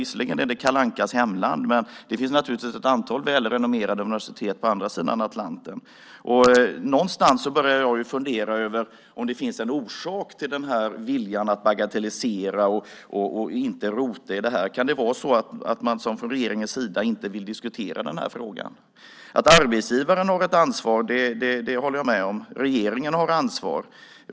Visserligen är det Kalle Ankas hemland, men det finns naturligtvis ett antal välrenommerade universitet på andra sidan Atlanten. Någonstans börjar jag fundera över om det finns en orsak till den här viljan att bagatellisera och inte rota i det här. Kan det vara så att man från regeringens sida inte vill diskutera den här frågan? Att arbetsgivaren har ett ansvar håller jag med om. Regeringen har ansvar.